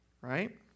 Right